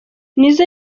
nizzo